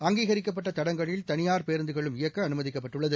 அங்கீகரிக்கப்பட்டதடங்களில் தனியார் பேருந்துகளும் இயக்கஅனுமதிக்கப்பட்டுள்ளது